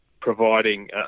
providing